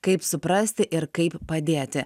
kaip suprasti ir kaip padėti